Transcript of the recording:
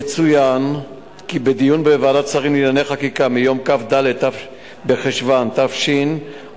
יצוין כי בדיון בוועדת השרים לענייני חקיקה מיום כ"ד בחשוון התשע"א,